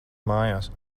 mājās